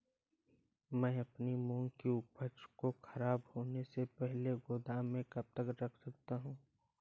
मैं अपनी मूंग की उपज को ख़राब होने से पहले गोदाम में कब तक रख सकता हूँ?